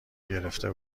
گرفته